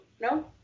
no